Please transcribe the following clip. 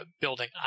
building –